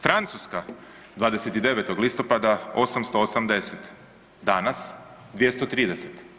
Francuska 29. listopada 880, danas 230.